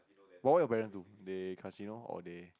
what what your parent do they casino or they